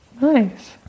Nice